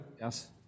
Yes